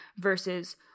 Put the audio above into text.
versus